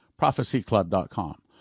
prophecyclub.com